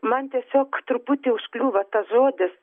man tiesiog truputį užkliūva tas žodis